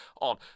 on